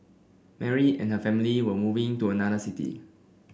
Mary and family were moving to another city